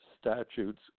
statutes